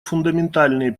фундаментальные